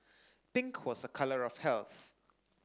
pink was a colour of health